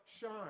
shine